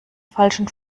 falschen